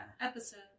episode